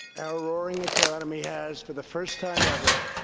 our roaring economy has, for the first time ever,